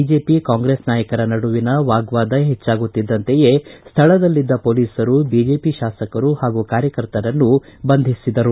BJP Congress ನಾಯಕರ ನಡುವಿನ ವಾಗ್ವಾದ ಹೆಚ್ಚಾಗುತ್ತಿದ್ದಂತೆಯೇ ಸ್ಥಳದಲ್ಲಿದ್ದ ಪೊಲೀಸರು ಬಿಜೆಪಿ ಶಾಸಕರು ಹಾಗೂ ಕಾರ್ಯಕರ್ತರನ್ನು ಬಂಧಿಸಿದರು